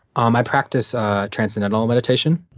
um i practice transcendental meditation.